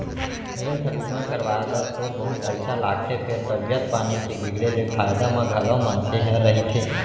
health बीमा करवाए बर थोर बहुत पइसा लागथे फेर तबीयत पानी के बिगड़े ले फायदा म घलौ मनसे ह रहिथे